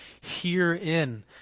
herein